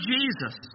Jesus